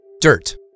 Dirt